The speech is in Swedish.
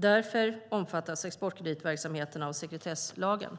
Därför omfattas exportkreditverksamheten av sekretesslagen.